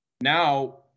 now